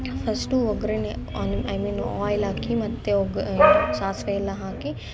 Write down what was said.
first ಒಗ್ಗರಣ್ಣೆ I mean oil ಹಾಕಿ ಮತ್ತೆ ಒಗ್ ಇದು ಸಾಸಿವೆ ಎಲ್ಲ ಹಾಕಿ